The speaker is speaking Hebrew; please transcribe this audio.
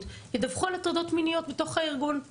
ידווחו על הטרדות מיניות בתוך הארגון,